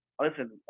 listen